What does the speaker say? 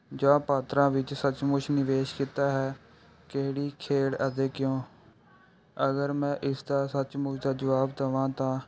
ਜਾਂ ਪਾਤਰਾਂ ਵਿੱਚ ਸੱਚਮੁੱਚ ਨਿਵੇਸ਼ ਕੀਤਾ ਹੈ ਕਿਹੜੀ ਖੇਡ ਅਤੇ ਕਿਉਂ ਅਗਰ ਮੈਂ ਇਸ ਦਾ ਸੱਚਮੁੱਚ ਦਾ ਜਵਾਬ ਦੇਵਾਂ ਤਾਂ